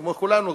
כמו כולנו,